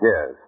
Yes